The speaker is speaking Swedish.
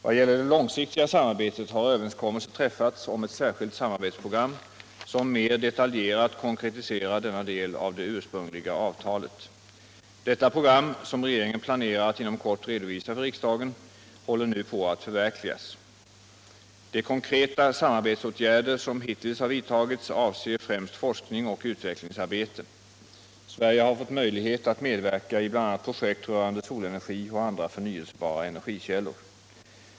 Vad gäller det långsiktiga samarbetet har överenskommelse träffats om ett särskilt samarbetsprogram som mer detaljerat konkretiserar denna del av det ursprungliga avtalet. Detta program, som regeringen planerar att inom kort redovisa för riksdagen, håller nu på att förverkligas. De konkreta samarbetsåtgärder som hittills har vidtagits avser främst forskning och utvecklingsarbete. Sverige har fått möjlighet att medverka i bl.a. projekt rörande solenergi och andra förnyelsebara energikällor.